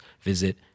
visit